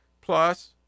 plus